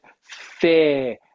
fair